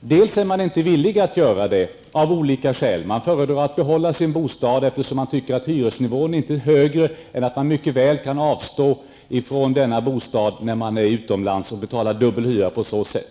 Men av olika skäl är man inte villig att göra det. Man föredrar att behålla sin bostad, eftersom hyresnivån inte är högre än att man anser än att man mycket väl kan behålla denna bostad och betala dubbla hyror medan man är utomlands.